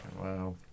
Wow